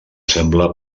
sembla